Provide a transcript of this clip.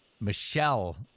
Michelle